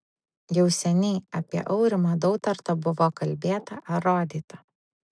jau seniai apie aurimą dautartą buvo kalbėta ar rodyta